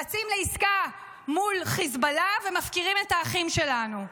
רצים לעסקה מול חיזבאללה ומפקירים את האחים שלנו.